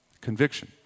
Conviction